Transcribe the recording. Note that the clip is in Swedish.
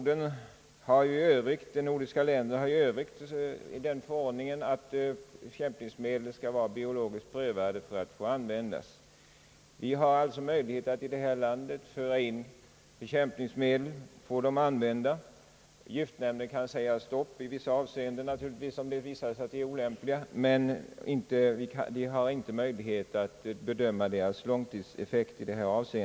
De övriga nordiska länderna har förordningar om att bekämpningsmedel skall vara biologiskt prövade för att få användas. Vi har alltså möjlighet att till vårt land föra in bekämpningsmedel och få dem använda. Giftnämnden kan naturligtvis säga stopp i vissa avseenden, om de anses olämpliga, men nämnden har inte möjlighet att bedöma deras långtidseffekt.